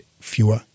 fewer